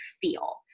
feel